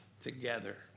together